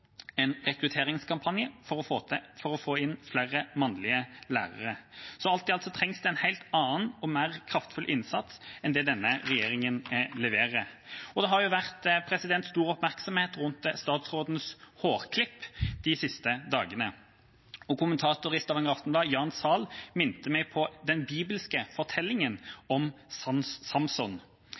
en rekrutteringskampanje for å få inn flere mannlige lærere. Alt i alt trengs det en helt annen og mer kraftfull innsats enn det denne regjeringa leverer. Det har vært stor oppmerksomhet rundt statsrådens hårklipp de siste dagene. Jan Zahl, kommentator i Stavanger Aftenblad, minte meg på den bibelske fortellingen om Samson.